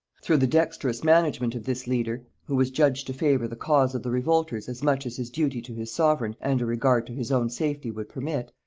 through the dexterous management of this leader, who was judged to favor the cause of the revolters as much as his duty to his sovereign and a regard to his own safety would permit,